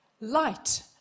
Light